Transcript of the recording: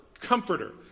comforter